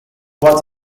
what